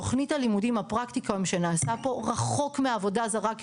תוכנית הלימודים הפרקטיקום שנעשה פה רחוק מעבודה זרה,